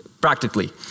practically